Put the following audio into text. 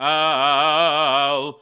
al